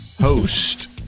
Host